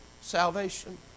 salvation